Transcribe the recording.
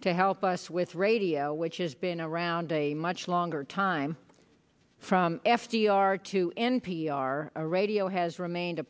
to help us with radio which has been around a much longer time from f d r to n p r radio has remained a